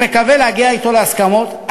אני מקווה להגיע אתו להסכמות.